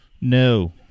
No